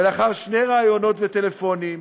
ולאחר שני ראיונות טלפוניים,